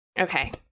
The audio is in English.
Okay